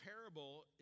parable